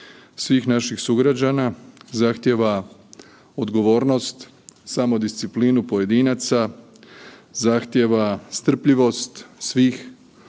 svih naših sugrađana, zahtjeva odgovornost, samodisciplinu pojedinaca, zahtjeva strpljivost svih